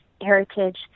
Heritage